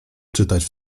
czytać